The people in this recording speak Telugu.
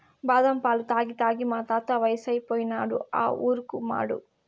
బాదం పాలు తాగి తాగి మా తాత వయసోడైనాడు ఆ ఊరుకుమాడు